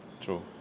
True